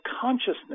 consciousness